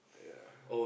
ya